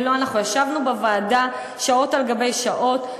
אנחנו ישבנו בוועדה שעות על-גבי שעות.